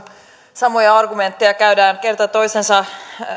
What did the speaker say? samoja argumentteja käydään kerta toisensa jälkeen